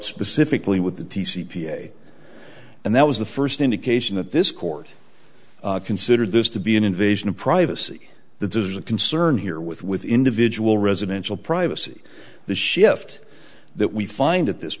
specifically with the t c p and that was the first indication that this court considered this to be an invasion of privacy that there's a concern here with with individual residential privacy the shift that we find at this